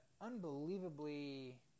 unbelievably